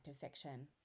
fiction